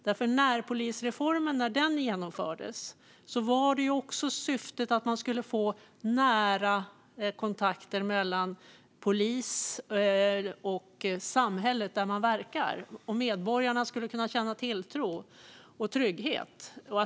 När närpolisreformen genomfördes var ju syftet att få nära kontakter mellan polisen och det omgivande samhället och att medborgarna skulle kunna känna tilltro och trygghet.